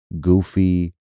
goofy